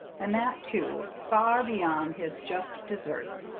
and that, too, far beyond his just deserts,